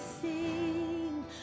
sing